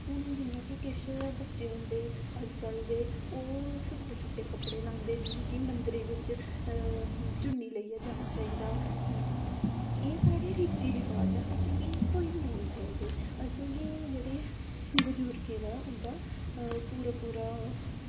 हून जियां कि किश बच्चे होंदे अज्ज कल दे ओह् छोटे छोटे कपड़े लांदे जियां के मन्दरें बिच्च चुन्नी लेइयै जाना चाहिदा एह् साढ़े रीति रिवाज़ न असेंगी एह् भुल्लने निं चाहिदे असेंगी जेह्ड़े बजुर्गें दा उंदा पूरा पूरा